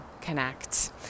connect